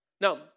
Now